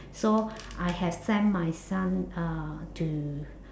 so I have send my son uh to